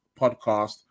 podcast